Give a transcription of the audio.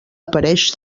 apareix